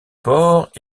porc